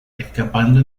escapando